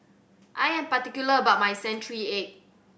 I am particular about my century egg